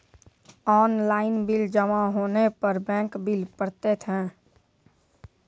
Online bill जमा होने पर बैंक बिल पड़तैत हैं?